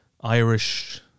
Irish